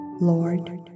Lord